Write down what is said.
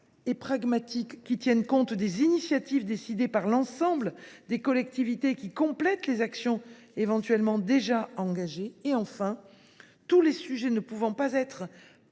et pragmatique qui tienne compte des initiatives prises par l’ensemble des collectivités et qui complète les actions éventuellement déjà engagées. En outre, tous les sujets ne pouvant pas être